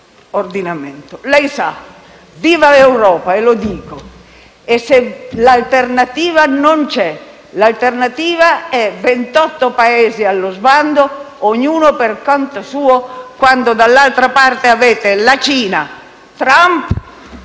Viva Europa, e lo dico. Lei sa che l'alternativa non c'è; l'alternativa è: 28 Paesi allo sbando, ognuno per conto suo, quando dall'altra parte avete la Cina, Trump